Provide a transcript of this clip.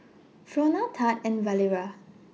Fronia Thad and Valeria